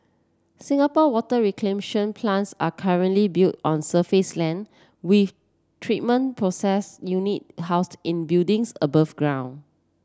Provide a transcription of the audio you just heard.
Singapore water plants are currently built on surface land with treatment process unit house in buildings above ground